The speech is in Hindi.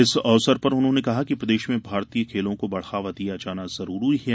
इस अवसर पर उन्होंने कहा कि प्रदेश में भारतीय खेलों को बढ़ावा दिया जाना जरूरी है